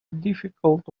difficult